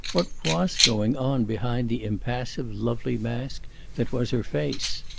what was going on behind the impassive, lovely mask that was her face.